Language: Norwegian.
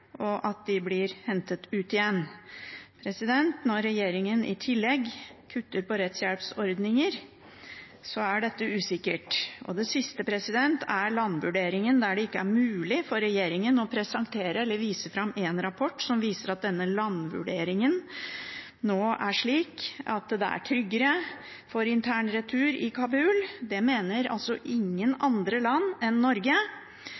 slik at de blir hentet ut igjen. Når regjeringen i tillegg kutter i rettshjelpsordninger, er dette usikkert. Det siste er landvurderingen, der det ikke er mulig for regjeringen å presentere eller vise fram en rapport som viser at denne landvurderingen nå er slik at det er tryggere for intern retur i Kabul – det mener ingen andre land enn Norge.